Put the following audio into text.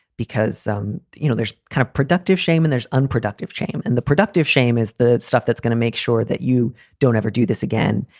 because some you know, there's kind of productive shame and there's unproductive shame. and the productive shame is the stuff that's going to make sure that you don't ever do this again,